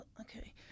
okay